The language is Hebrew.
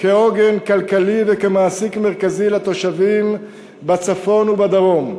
כעוגן כלכלי וכמעסיק מרכזי לתושבים בצפון ובדרום.